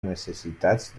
necessitats